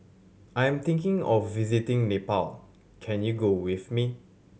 I am thinking of visiting Nepal can you go with me